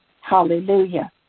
Hallelujah